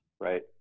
Right